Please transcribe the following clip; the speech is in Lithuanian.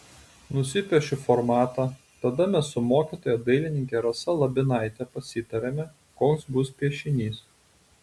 nusipiešiu formatą tada mes su mokytoja dailininke rasa labinaite pasitariame koks bus piešinys